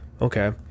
Okay